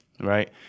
right